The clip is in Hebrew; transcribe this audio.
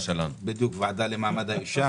הוועדה למעמד האשה